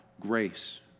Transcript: grace